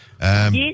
Yes